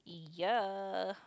yeah